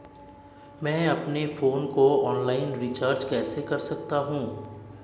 मैं अपने फोन को ऑनलाइन रीचार्ज कैसे कर सकता हूं?